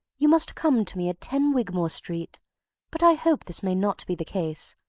you must come to me at ten wigmore street but i hope this may not be the case,